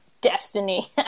destiny